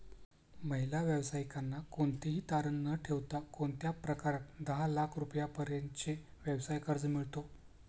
महिला व्यावसायिकांना कोणतेही तारण न ठेवता कोणत्या प्रकारात दहा लाख रुपयांपर्यंतचे व्यवसाय कर्ज मिळतो?